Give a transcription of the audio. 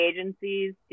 agencies